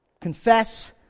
confess